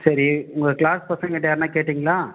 சரி உங்கள் கிளாஸ் பசங்கள்ட்ட யாருனா கேட்டீங்களா